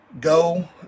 go